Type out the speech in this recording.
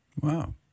wow